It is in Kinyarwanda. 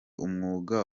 umwuga